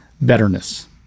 betterness